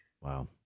Wow